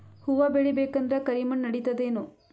ಹುವ ಬೇಳಿ ಬೇಕಂದ್ರ ಕರಿಮಣ್ ನಡಿತದೇನು?